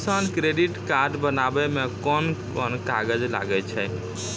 किसान credit card बनाबै मे कोन कोन कागज लागै छै?